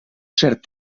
cert